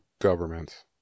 governments